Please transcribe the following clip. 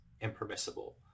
impermissible